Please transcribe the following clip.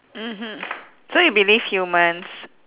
mmhmm so you believe humans